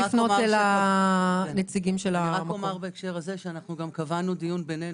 אומר בהקשר הזה שקבענו דיון בינינו,